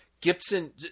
Gibson